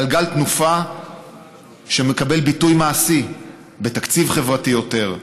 גלגל תנופה שמקבל ביטוי מעשי בתקציב חברתי יותר,